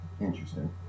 interesting